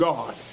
God